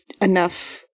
enough